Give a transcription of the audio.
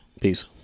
peace